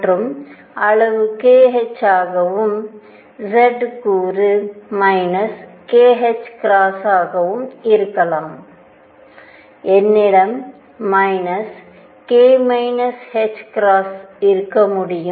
மற்றும் அளவு kh ஆகவும் z கூறு kℏ ஆகவும் இருக்கலாம் என்னிடம் k ℏ இருக்க முடியும்